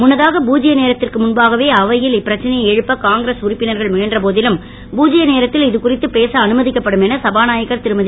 முன்னதாக பூத்ய நேரத்திற்கு முன்பாகவே அவையில் இப்பிரச்னையை எழுப்ப காங்கிரஸ் உறுப்பினர்கள் முயன்ற போதிலும் பூஜ்ய நேரத்தில் இதுகுறித்து பேச அனுமதிக்கப்படும் என சபாநாயகர் திருமதி